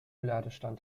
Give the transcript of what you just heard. ladestand